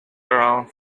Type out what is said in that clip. around